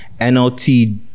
NLT